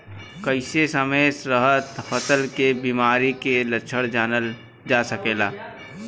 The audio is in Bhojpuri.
कइसे समय रहते फसल में बिमारी के लक्षण जानल जा सकेला?